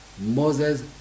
Moses